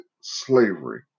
slavery